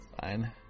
Fine